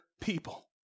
people